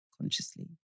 Consciously